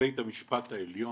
בית המשפט העליון,